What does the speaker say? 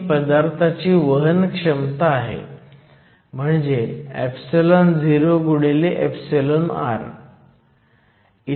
ही पदार्थाची वहनक्षमता आहे म्हणजेच or